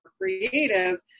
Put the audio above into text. creative